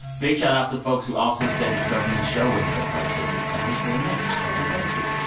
big shoutout to folks who also said discovering this show was the best part of their week. that was really nice hey oh so thank you.